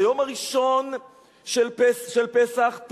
היום הראשון של פסח,